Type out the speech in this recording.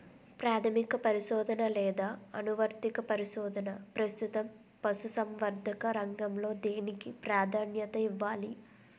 ప్రాథమిక పరిశోధన లేదా అనువర్తిత పరిశోధన? ప్రస్తుతం పశుసంవర్ధక రంగంలో దేనికి ప్రాధాన్యత ఇవ్వాలి?